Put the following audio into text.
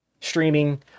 Streaming